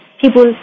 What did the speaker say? people